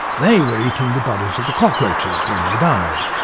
they were eating the bodies of the cockroaches when they died.